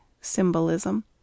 symbolism